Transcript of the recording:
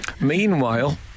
Meanwhile